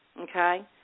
okay